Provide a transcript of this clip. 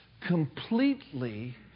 completely